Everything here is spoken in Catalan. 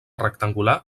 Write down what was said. rectangular